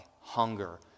hunger